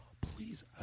Please